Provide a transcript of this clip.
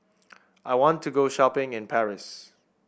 I want to go shopping in Paris